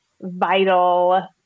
vital